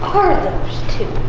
are those two?